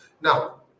Now